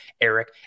Eric